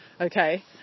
Okay